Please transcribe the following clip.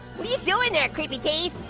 what are you doin' there, creepy teeth?